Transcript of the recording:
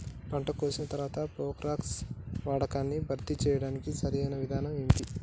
పంట కోసిన తర్వాత ప్రోక్లోరాక్స్ వాడకాన్ని భర్తీ చేయడానికి సరియైన విధానం ఏమిటి?